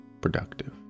productive